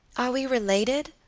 are we related,